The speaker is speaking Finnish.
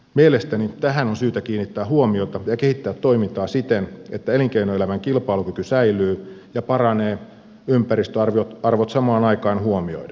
mielestäni tähän on syytä kiinnittää huomiota ja kehittää toimintaa siten että elinkeinoelämän kilpailukyky säilyy ja paranee ympäristöarvot samaan aikaan huomioiden